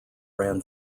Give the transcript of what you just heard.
ran